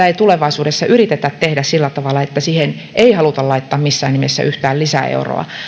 ei tulevaisuudessa yritetä tehdä sillä tavalla että siihen ei haluta laittaa missään nimessä yhtään lisäeuroa